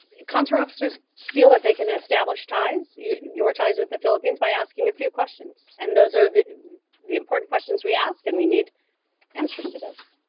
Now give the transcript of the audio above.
consular officers feel that they can establish ties your your ties with the philippines by asking a few questions, and those are the the important questions we ask and we need answers sort of